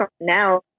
now